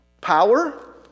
power